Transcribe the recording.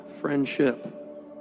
friendship